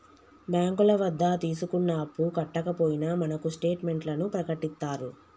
బ్యాంకుల వద్ద తీసుకున్న అప్పు కట్టకపోయినా మనకు స్టేట్ మెంట్లను ప్రకటిత్తారు